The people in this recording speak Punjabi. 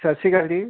ਸਤਿ ਸ਼੍ਰੀ ਅਕਾਲ ਜੀ